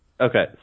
Okay